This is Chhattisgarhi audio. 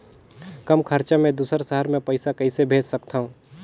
कम खरचा मे दुसर शहर मे पईसा कइसे भेज सकथव?